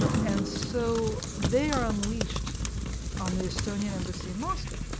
and so they are unleashed on the estonian embassy in moscow.